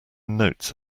notes